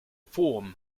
form